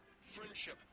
friendship